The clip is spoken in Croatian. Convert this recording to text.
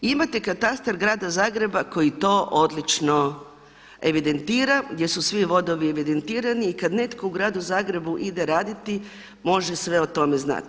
Imate katastar grada Zagreba koji to odlično evidentira, gdje su svi vodovi evidentirani i kad netko u gradu Zagrebu ide raditi može sve o tome znati.